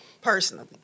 Personally